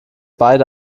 beide